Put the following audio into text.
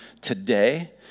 today